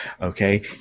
okay